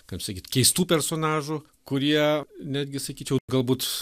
kaip sakyt keistų personažų kurie netgi sakyčiau galbūt